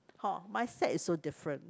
whole mindset is so different